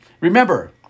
Remember